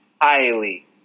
highly